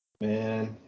Man